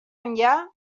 enllà